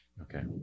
Okay